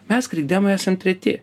mes krikdemai esam treti